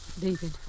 David